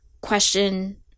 question